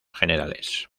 generales